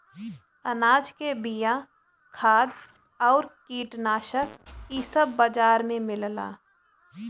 अनाज के बिया, खाद आउर कीटनाशक इ सब बाजार में मिलला